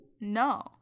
No